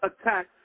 attack